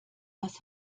was